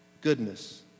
goodness